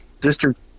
district